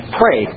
pray